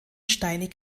steinig